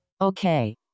Okay